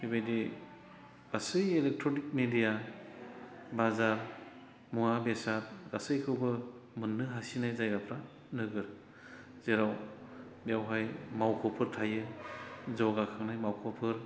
बेबायदि गासै electronic media बाजार मुवा बेसाद गासैखौबो मोननो हासिननाय जायगाफोरा नोगोर जेराव बेवहाय मावख'फोर थायो जौगाखांनाय मावख'फोर